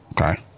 Okay